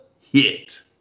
hit